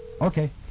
Okay